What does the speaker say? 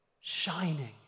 shining